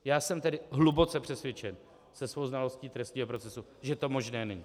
Já jsem tedy hluboce přesvědčen se svou znalostí trestního procesu, že to možné není.